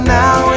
now